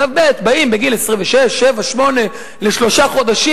שלב ב' באים בגיל 26, 27, 28 לשלושה חודשים.